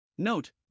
Note